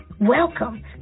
Welcome